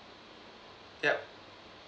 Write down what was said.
yup